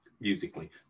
musically